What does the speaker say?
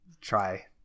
try